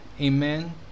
Amen